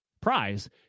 prize